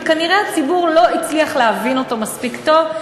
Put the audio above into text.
וכנראה הציבור לא הצליח להבין אותו מספיק טוב.